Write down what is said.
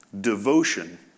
devotion